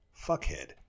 Fuckhead